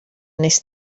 nes